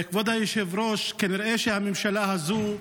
כבוד היושב-ראש, כנראה הממשלה הזאת,